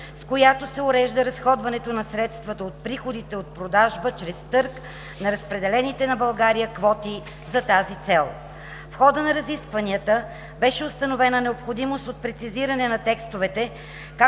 с която се урежда разходването на средствата от приходите от продажба чрез търг на разпределените на България квоти за тази цел. В хода на разискванията беше установена необходимост от прецизиране на текстовете,